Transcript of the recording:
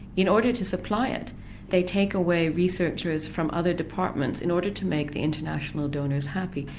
in order to supply it they take away researchers from other departments in order to make the international donors happy.